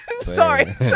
sorry